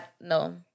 No